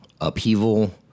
upheaval